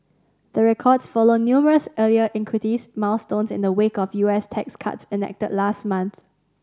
the records follow numerous earlier equities milestones in the wake of U S tax cuts enacted last month